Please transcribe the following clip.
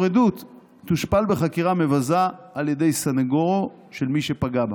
עדות תושפל בחקירה מבזה על ידי סנגורו של מי שפגע בה.